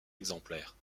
exemplaire